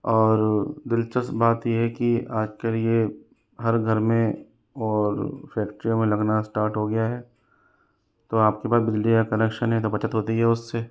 और दिलचस्प बात यह है की आज कल यह हर घर में और फेक्ट्रियों में लगना स्टार्ट हो गया है तो आपके पास बिजली का कनेक्शन है बचत होती है उससे